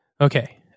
Okay